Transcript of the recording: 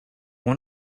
want